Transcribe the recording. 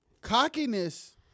Cockiness